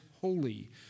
holy